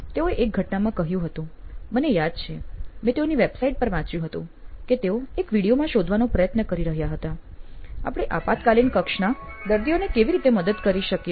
તેઓએ એક ઘટનામાં કહ્યું હતું મને યાદ છે મેં તેઓની વેબસાઈટ પર વાંચ્યું હતું કે તેઓ એક વિડીઓ માં શોધવાનો પ્રયત્ન કરી રહ્યા હતા 'આપણે આપાતકાલીન કક્ષના દર્દીઓને કેવી રીતે મદદ કરી શકીએ